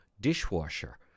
dishwasher